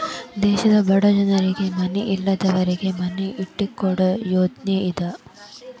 ದೇಶದ ಬಡ ಜನರಿಗೆ ಮನಿ ಇಲ್ಲದವರಿಗೆ ಮನಿ ಕಟ್ಟಿಕೊಡು ಯೋಜ್ನಾ ಇದ